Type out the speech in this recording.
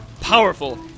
Powerful